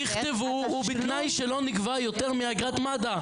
תכתבו: "ובתנאי שלא נגבה יותר מאגרת מד"א".